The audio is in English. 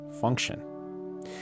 function